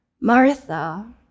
Martha